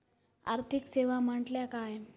आर्थिक सेवा म्हटल्या काय?